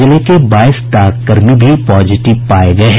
जिले के बाईस डाककर्मी भी पॉजिटिव पाये गये हैं